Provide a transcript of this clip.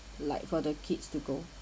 like for the kids to go